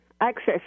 access